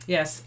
Yes